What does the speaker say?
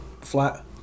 Flat